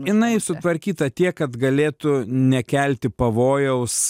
jinai sutvarkyta tiek kad galėtų nekelti pavojaus